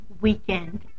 weekend